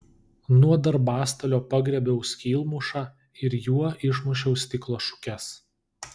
nuo darbastalio pagriebiau skylmušą ir juo išmušiau stiklo šukes